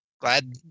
Glad